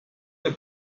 der